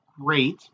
great